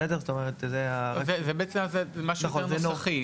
בסדר, זאת אומרת --- בעצם, משהו יותר נוסחי.